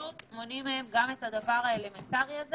פשוט מונעים מהם גם את הדבר האלמנטרי הזה